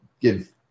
give